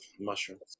mushrooms